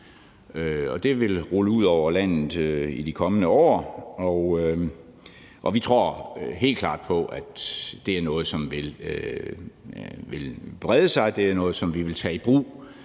Det vil rulle ud over landet i de kommende år, og vi tror helt klart på, at det er noget, som vil brede sig. Det er noget, som vi vil tage i brug